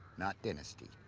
not dinasty.